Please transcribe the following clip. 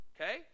Okay